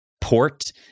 port